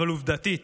אבל עובדתית